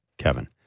Kevin